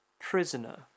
prisoner